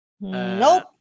Nope